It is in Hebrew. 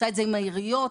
עם העיריות,